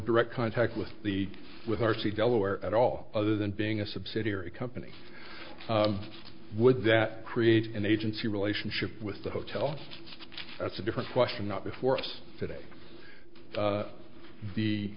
direct contact with the with r c delaware at all other than being a subsidiary company would that create an agency relationship with the hotel that's a different question not before us today